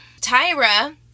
Tyra